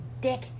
dick